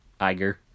Iger